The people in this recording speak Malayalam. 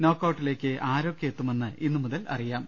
നോക്കൌട്ടിലേക്ക് ആരൊക്കെ എത്തുമെന്ന് ഇന്നു മുതൽ അറിയാം